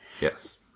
Yes